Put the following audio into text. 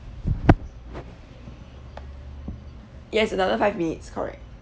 yes another five minutes correct